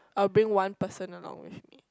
I'll bring one person along with me